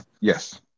yes